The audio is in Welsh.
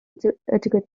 digwyddiad